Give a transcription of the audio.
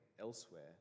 elsewhere